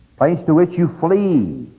place to which you flee,